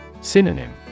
Synonym